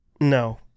no